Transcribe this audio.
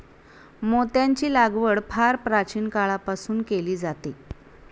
मोत्यांची लागवड फार प्राचीन काळापासून केली जाते